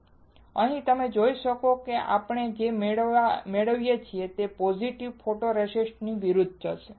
તમે અહીં જોઈ શકો છો કે આપણે જે મેળવીએ છીએ તે પોઝિટિવ ફોટોરેસિસ્ટ ની વિરુદ્ધ છે